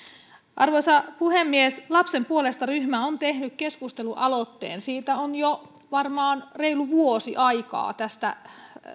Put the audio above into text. arvoisa puhemies lapsen puolesta ryhmä on tehnyt keskustelualoitteen siitä on jo varmaan reilu vuosi aikaa